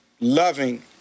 loving